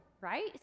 right